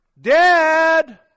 Dad